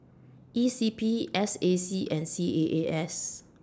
E C P S A C and C A A S